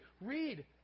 Read